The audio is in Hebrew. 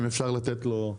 אם אפשר לתת לו.